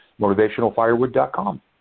MotivationalFirewood.com